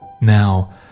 Now